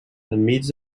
enmig